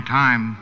time